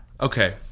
Okay